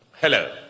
Hello